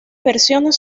versiones